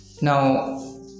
Now